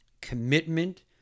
commitment